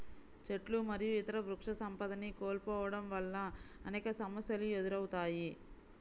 చెట్లు మరియు ఇతర వృక్షసంపదని కోల్పోవడం వల్ల అనేక సమస్యలు ఎదురవుతాయి